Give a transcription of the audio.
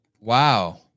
Wow